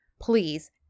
please